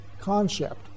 concept